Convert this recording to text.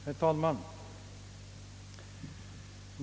Herr talman!